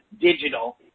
digital